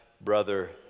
brother